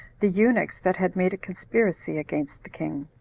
the eunuchs that had made a conspiracy against the king,